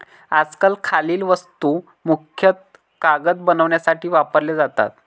आजकाल खालील वस्तू मुख्यतः कागद बनवण्यासाठी वापरल्या जातात